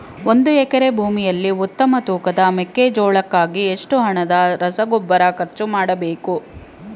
ಒಂದು ಎಕರೆ ಭೂಮಿಯಲ್ಲಿ ಉತ್ತಮ ತೂಕದ ಮೆಕ್ಕೆಜೋಳಕ್ಕಾಗಿ ಎಷ್ಟು ಹಣದ ರಸಗೊಬ್ಬರ ಖರ್ಚು ಮಾಡಬೇಕು?